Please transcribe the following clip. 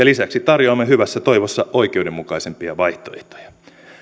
lisäksi tarjoamme hyvässä toivossa oikeudenmukaisempia vaihtoehtoja